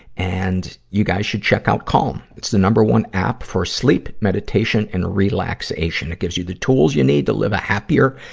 and you guys should check out calm. it's the number one app for sleep meditation and relaxation. it gives you the tools you need to live a happier,